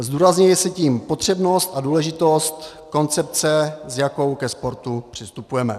Zdůrazňuje se tím potřebnost a důležitost koncepce, s jakou ke sportu přistupujeme.